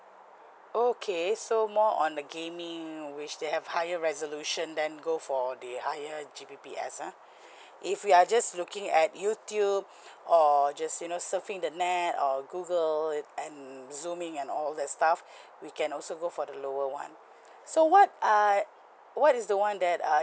okay so more on the gaming which they have higher resolution then go for the higher G_B_P_S ah if we are just looking at youtube or just you know surfing the net or google in and zooming and all that stuff we can also go for the lower one so what err what is the one that uh